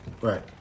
Right